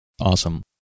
Awesome